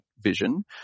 vision